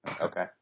Okay